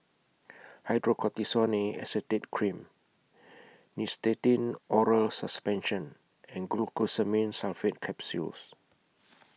Hydrocortisone Acetate Cream Nystatin Oral Suspension and Glucosamine Sulfate Capsules